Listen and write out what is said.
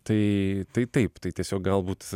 tai tai taip tai tiesiog galbūt